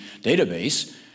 database